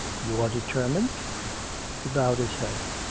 you are determined he bowed his head.